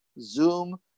Zoom